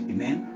Amen